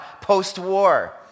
post-war